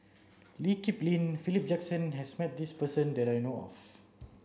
Lee Kip Lin Philip Jackson has met this person that I know of